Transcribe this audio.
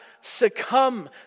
succumb